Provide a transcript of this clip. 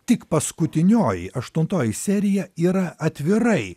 tik paskutinioji aštuntoji serija yra atvirai